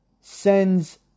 sends